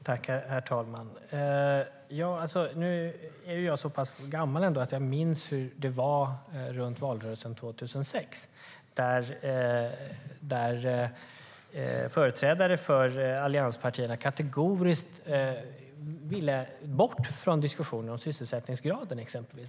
Herr talman! Jag är så pass gammal att jag minns hur det var i valrörelsen 2006. Företrädare för allianspartierna ville kategoriskt bort från diskussionen om sysselsättningsgraden.